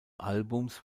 albums